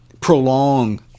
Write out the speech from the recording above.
prolong